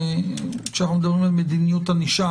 כשאנחנו מדברים על מדיניות ענישה,